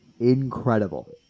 incredible